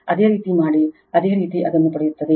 ಅದೇ ರೀತಿ ಮಾಡಿ ಅದೇ ರೀತಿ ಅದನ್ನು ಪಡೆಯುತ್ತದೆ